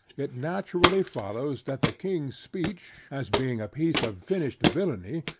it naturally follows, that the king's speech, as being a piece of finished villany,